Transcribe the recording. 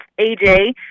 AJ